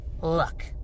Look